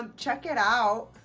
um check it out.